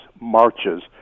marches